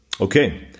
Okay